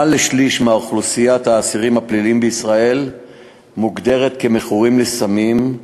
יותר משליש מאוכלוסיית האסירים הפליליים בישראל מוגדר מכורים לסמים,